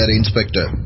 inspector